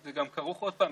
תכף אני אסביר אותן,